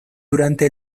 durante